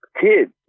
kids